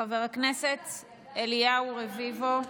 חבר הכנסת אליהו רביבו,